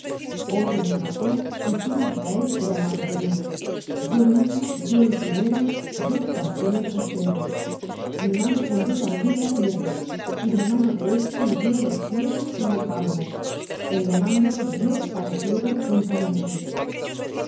otro oyeme jacob y tú israel llamado de mí yo mismo yo el primero yo también el postrero mi mano fundó también la tierra y mi mano derecha midió los cielo con el palmo en llamándolos yo parecieron juntamente